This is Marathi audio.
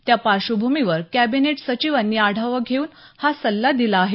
त्या पार्श्वभूमीवर कॅबिनेट सचिवांनी आढावा घेऊन हा सल्ला दिला आहे